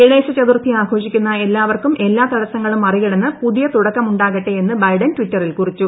ഗണേശ ചതുർത്ഥി ആഘോഷിക്കുന്ന എല്ലാവർക്കും എല്ലാ തടസങ്ങളും മറികടന്ന് പുതിയ തുടക്കമുണ്ടാകട്ടെ എന്ന് ബൈഡൻ ട്വീറ്ററിൽ കുറിച്ചു